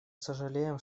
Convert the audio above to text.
сожалеем